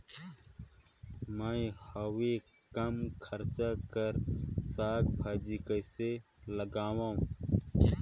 मैं हवे कम खर्च कर साग भाजी कइसे लगाव?